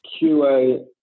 QA